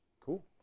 cool